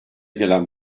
gelen